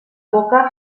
boca